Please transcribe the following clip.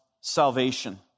salvation